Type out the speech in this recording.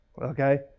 Okay